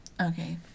Okay